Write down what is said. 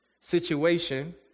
situation